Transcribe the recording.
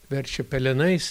verčia pelenais